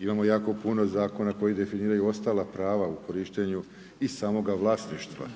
Imamo jako puno zakona koji definiraju ostala prava u korištenju i samoga vlasništva.